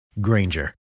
Granger